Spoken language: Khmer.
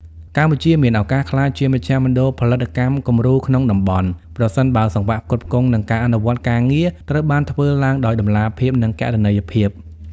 កម្ពុជាមានឱកាសក្លាយជាមជ្ឈមណ្ឌលផលិតកម្មគំរូក្នុងតំបន់ ប្រសិនបើសង្វាក់ផ្គត់ផ្គង់ និងការអនុវត្តការងារត្រូវបានធ្វើឡើងដោយតម្លាភាព និងគណនេយ្យភាព។